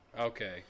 Okay